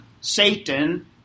Satan